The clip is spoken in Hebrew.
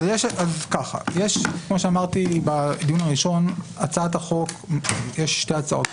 כמו שאמרתי בדיון הראשון, יש שתי הצעות חוק.